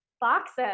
boxes